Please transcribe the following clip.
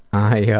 i yeah